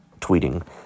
tweeting